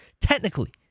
technically